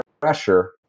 pressure